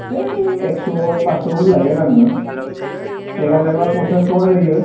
ओइ एकस'आव पास्स' करि लायो आरो आङो एक हाजारब्ला पन्सास थाखा जायो